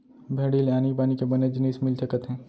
भेड़ी ले आनी बानी के बने जिनिस मिलथे कथें